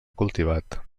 cultivat